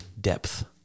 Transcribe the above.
depth